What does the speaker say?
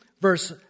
Verse